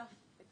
מעריצה את